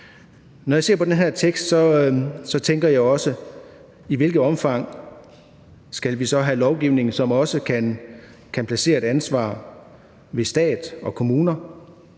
Når jeg ser på den her tekst, tænker jeg også, i hvilket omfang vi så skal have lovgivning, som også kan placere et ansvar hos stat og kommuner.